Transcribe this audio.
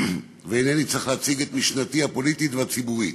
ואינני צריך להציג את משנתי הפוליטית והציבורית.